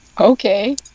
Okay